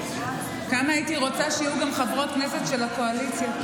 כמה הייתי רוצה שיהיו פה גם חברות כנסת של הקואליציה.